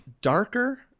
darker